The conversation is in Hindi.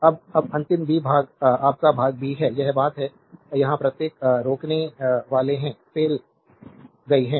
अब अब अंतिम b भाग आपका भाग b है यह बात यहाँ प्रत्येक रोकने वाले में फैल गई है